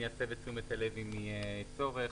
אני אסב את תשומת לבכם אם יהיה צורך.